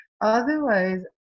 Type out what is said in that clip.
Otherwise